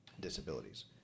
disabilities